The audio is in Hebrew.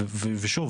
ושוב,